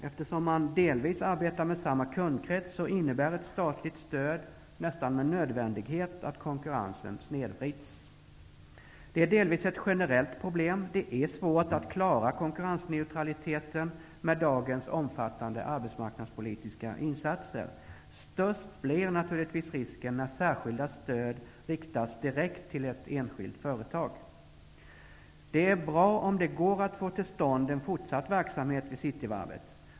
Eftersom man delvis arbetar med samma kundkrets, innebär ett statligt stöd nästan med nödvändighet att konkurrensen snedvrids. Det är delvis ett generellt problem. Det är svårt att klara konkurrensneutraliteten med dagens omfattande arbetsmarknadspolitiska insatser. Störst blir naturligtvis risken när särskilda stöd riktas direkt till ett enskilt företag. Det är bra om det går att få till stånd en fortsatt verksamhet vid Cityvarvet.